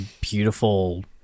beautiful